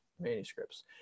manuscripts